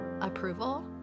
approval